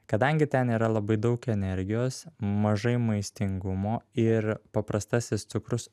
kadangi ten yra labai daug energijos mažai maistingumo ir paprastasis cukrus